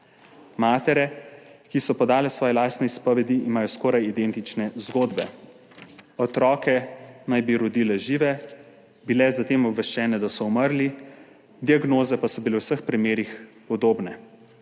Matere, ki so podale svoje lastne izpovedi, imajo skoraj identične zgodbe – otroke naj bi rodile žive, zatem so bile obveščene, da so umrli, diagnoze pa so bile v vseh primerih podobne.